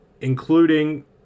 including